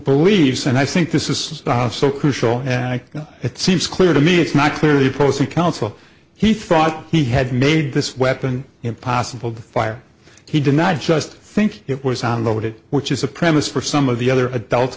believes and i think this is now so crucial it seems clear to me it's not clearly proceed counsel he thought he had made this weapon impossible to fire he did not just think it was on loaded which is a premise for some of the other adult